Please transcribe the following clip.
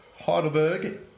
Heidelberg